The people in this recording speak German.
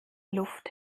luft